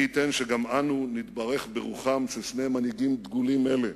מי ייתן שגם אנו נתברך ברוחם של שני מנהיגים דגולים אלה